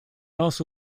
also